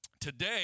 Today